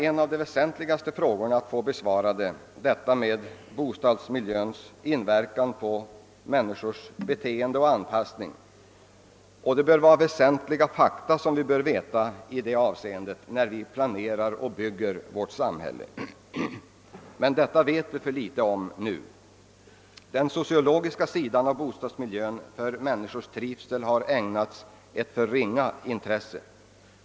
En av de väsentligaste frågor som måste; besvaras bör vara bostadsmiljöns inverkan på människors beteende och anpassning, och vi måste känna till grundläggande fakta i detta avseende när vi planerar och bygger vårt samhälle. Men vi vet för litet ännu. Den sociologiska sidan av frågan om bostadsmiljöns betydelse för människors trivsel har ägnats ett för ringa intresse.